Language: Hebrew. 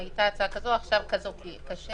הייתה הצעה כזו, עכשיו ההצעה היא כזו.